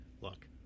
look